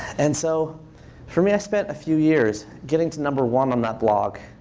and so for me, i spent a few years getting to number one on that blog,